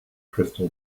crystal